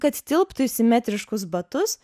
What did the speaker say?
kad tilptų į simetriškus batus